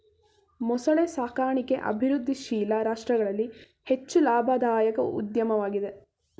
ಮೊಸಳೆ ಸಾಕಣಿಕೆ ಅಭಿವೃದ್ಧಿಶೀಲ ರಾಷ್ಟ್ರಗಳಲ್ಲಿ ಹೆಚ್ಚು ಲಾಭದಾಯಕ ಉದ್ಯಮವಾಗಿದೆ